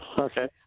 Okay